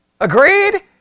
Agreed